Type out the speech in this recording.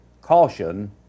caution